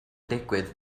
digwydd